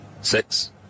Six